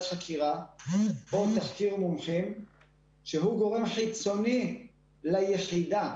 חקירה בו ישנם מומחים ויש גורם חיצוני ליחידה.